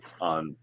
on